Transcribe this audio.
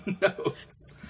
notes